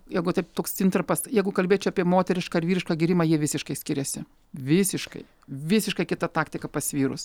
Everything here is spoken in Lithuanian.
jeigu taip toks intarpas jeigu kalbėčiau apie moterišką ar vyrišką gėrimą jie visiškai skiriasi visiškai visiškai kita taktika pas vyrus